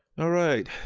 all right.